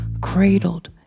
cradled